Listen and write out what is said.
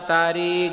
Tari